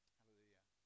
Hallelujah